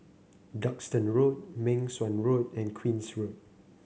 Duxton Road Meng Suan Road and Queen's Road